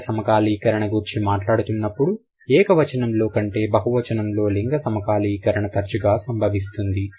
లింగ సమకాలీకరణ గూర్చి మాట్లాడుతున్నప్పుడు ఏక వచనం లో కంటే బహువచనంలో లింగ సమకాలీకరణ తరచుగా సంభవిస్తుంది